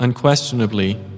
Unquestionably